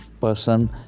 person